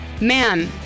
man